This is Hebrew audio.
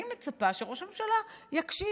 אני מצפה שראש הממשלה יקשיב,